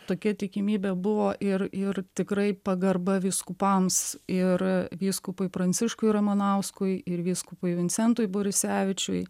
tokia tikimybė buvo ir ir tikrai pagarba vyskupams ir vyskupui pranciškui ramanauskui ir vyskupui vincentui borisevičiui